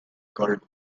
called